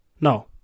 No